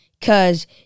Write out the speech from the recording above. Cause